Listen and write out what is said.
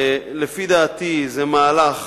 לפי דעתי זה מהלך